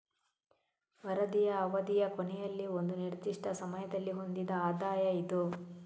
ವರದಿಯ ಅವಧಿಯ ಕೊನೆಯಲ್ಲಿ ಒಂದು ನಿರ್ದಿಷ್ಟ ಸಮಯದಲ್ಲಿ ಹೊಂದಿದ ಆದಾಯ ಇದು